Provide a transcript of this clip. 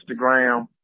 Instagram